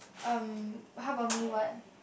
um how about me what